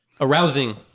arousing